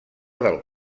del